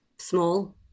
small